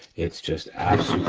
it's just absolutely